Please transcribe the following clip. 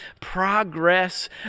progress